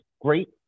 great